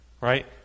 right